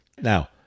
Now